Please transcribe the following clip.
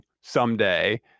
someday